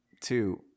two